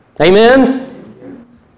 Amen